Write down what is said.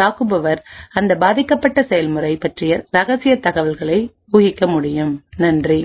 தாக்குபவர் அந்த பாதிக்கப்பட்ட செயல்முறை பற்றிய ரகசிய தகவல்களை ஊகிக்க முடியும் நன்றி